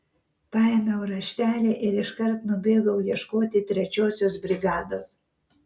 paėmiau raštelį ir iškart nubėgau ieškoti trečiosios brigados